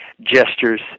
gestures